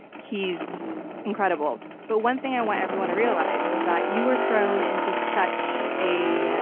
he's incredible. but one thing i want everyone to realize is that you were thrown into such a.